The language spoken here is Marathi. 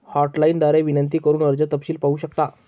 हॉटलाइन द्वारे विनंती करून कर्ज तपशील पाहू शकता